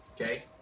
Okay